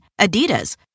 Adidas